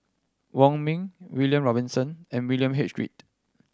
Wong Ming William Robinson and William H Read